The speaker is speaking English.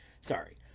Sorry